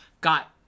Got